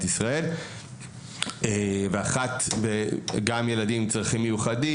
ישראל וגם ילדים עם צרכים מיוחדים,